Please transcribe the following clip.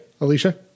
Alicia